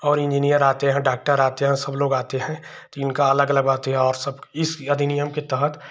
और इन्जीनियर आते हैं डॉक्टर आते हैं सबलोग आते हैं तो इनका अलग लगवाते हैं और इस अधिनियम के तहत